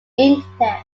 internet